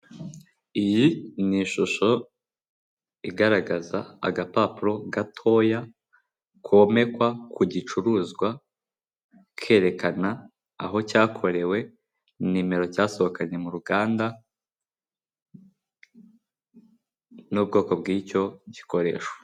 Iyi ni ishusho igaragaza agapapuro gatoya, komekwa ku gicuruzwa kerekana aho cyakorewe, nimero cyasohokanye mu ruganda n'ubwoko bw'icyo gikoresho.